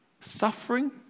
Suffering